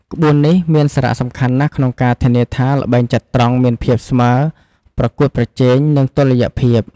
ក្បួននេះមានសារៈសំខាន់ក្នុងការធានាថាល្បែងចត្រង្គមានភាពស្មើរប្រកួតប្រជែង និងតុល្យភាព។